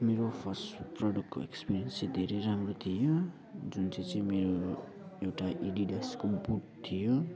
मेरो फर्स्ट प्रोडक्टको एक्स्पिरियन्स चाहिँ धेरै राम्रो थियो जुन चाहिँ चाहिँ मेरो एउटा एडिडासको बुट थियो